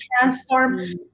transform